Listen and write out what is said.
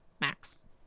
max